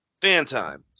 Fantime